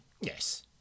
yes